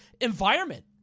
environment